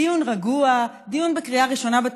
דיון רגוע, דיון בתקציב בקריאה ראשונה.